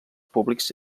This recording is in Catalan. públics